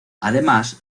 además